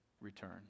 return